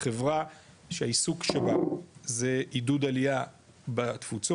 חברה שהעיסוק שבה זה עידוד עלייה בתפוצות,